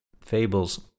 fables